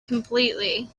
completely